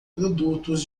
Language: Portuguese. produtos